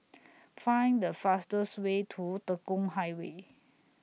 Find The fastest Way to Tekong Highway